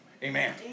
Amen